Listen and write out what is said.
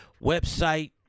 website